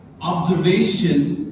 observation